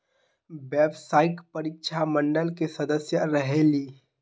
व्यावसायिक परीक्षा मंडल के सदस्य रहे ली?